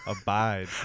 abide